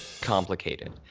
complicated